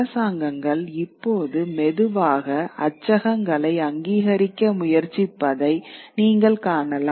அரசாங்கங்கள் இப்போது மெதுவாக அச்சகங்களை அங்கீகரிக்க முயற்சிப்பதை நீங்கள் காணலாம்